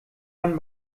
man